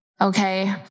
Okay